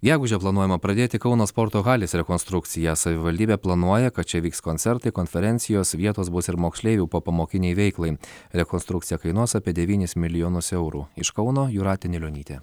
gegužę planuojama pradėti kauno sporto halės rekonstrukciją savivaldybė planuoja kad čia vyks koncertai konferencijos vietos bus ir moksleivių popamokinei veiklai rekonstrukcija kainuos apie devynis milijonus eurų iš kauno jūratė nilionytė